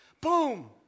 boom